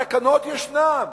התקנות ישנן.